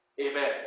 Amen